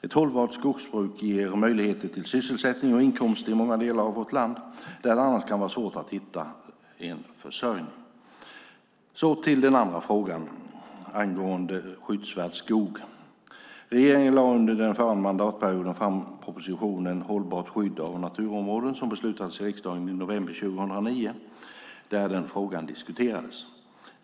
Ett hållbart skogsbruk ger möjligheter till sysselsättning och inkomster i många delar av vårt land där det annars kan vara svårt att hitta en försörjning. Så till den andra frågan angående skyddsvärd skog. Regeringen lade under den förra mandatperioden fram propositionen Hållbart skydd av naturområden som beslutades av riksdagen i november 2009 och där den frågan diskuterades.